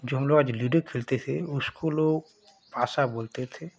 जो हमलोग आज लूडो खेलते थे उसको लोग पासा बोलते थे